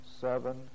seven